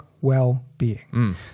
well-being